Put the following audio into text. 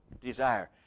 desire